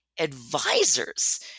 Advisors